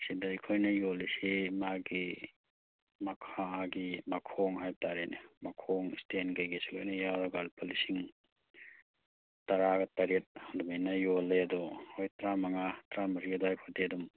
ꯁꯤꯗ ꯑꯩꯈꯣꯏꯅ ꯌꯣꯜꯂꯤꯁꯤ ꯃꯥꯒꯤ ꯃꯈꯥꯒꯤ ꯃꯈꯣꯡ ꯍꯥꯏꯕꯇꯔꯦꯅꯦ ꯃꯈꯣꯡ ꯏꯁꯇꯦꯟ ꯀꯔꯤ ꯀꯩꯁꯨ ꯂꯣꯏꯅ ꯌꯥꯎꯔꯒ ꯂꯨꯄꯥ ꯂꯤꯁꯡ ꯇꯔꯥꯒ ꯇꯔꯦꯠ ꯑꯗꯨꯃꯥꯏꯅ ꯌꯣꯜꯂꯦ ꯑꯗꯣ ꯍꯣꯏ ꯇꯔꯥ ꯃꯉꯥ ꯇꯔꯥ ꯃꯔꯤ ꯑꯗꯥꯏ ꯐꯥꯎꯗꯤ ꯑꯗꯨꯝ